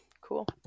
Cool